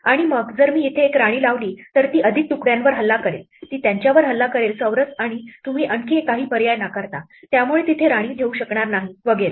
आणि मग जर मी इथे एक राणी लावली तर ती अधिक तुकड्यांवर हल्ला करेल ती त्यांच्यावर हल्ला करेल चौरस आणि तुम्ही आणखी काही पर्याय नाकारता त्यामुळे मी तिथे राणी ठेवू शकणार नाही वगैरे